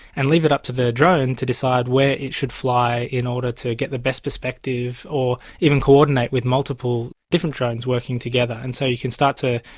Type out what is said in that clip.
and leave it up to the drone to decide where it should fly in order to get the best perspective or even coordinate with multiple different drones working together. and so you can start to,